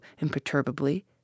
imperturbably